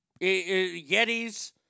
Yetis